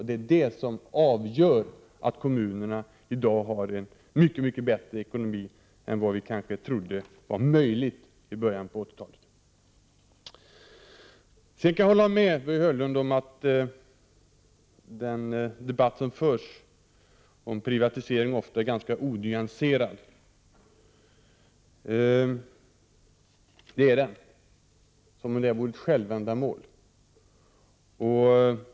Det är det som gör att kommunerna i dag har en mycket bättre ekonomi än vi trodde var möjligt i början av 1980-talet. Jag kan hålla med Börje Hörnlund om att den debatt som förts om privatisering ofta är ganska onyanserad. Den har blivit något av ett självändamål.